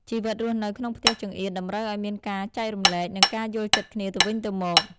ជីវិតរស់នៅក្នុងផ្ទះចង្អៀតតម្រូវឲ្យមានការ ចែករំលែក និងការយល់ចិត្តគ្នាទៅវិញទៅមក។